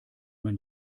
man